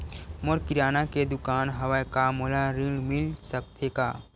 मोर किराना के दुकान हवय का मोला ऋण मिल सकथे का?